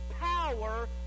power